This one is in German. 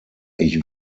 ich